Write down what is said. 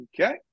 Okay